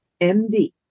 MD